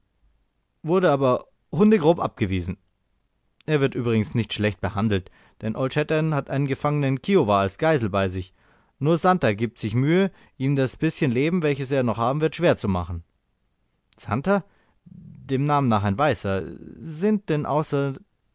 wurde aber hundegrob abgewiesen er wird übrigens nicht schlecht behandelt denn old shatterhand hat einen gefangenen kiowa als geisel bei sich nur santer gibt sich mühe ihm das bißchen leben welches er noch haben wird schwer zu machen santer dem namen nach ein weißer sind denn außer